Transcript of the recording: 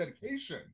dedication